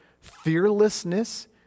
fearlessness